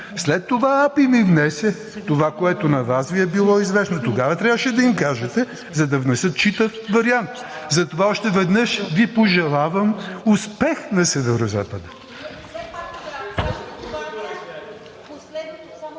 След това АПИ внесе това, което на Вас Ви е било известно. Тогава трябваше да им кажете, за да внесат читав вариант. Затова още веднъж Ви пожелавам успех на Северозапада!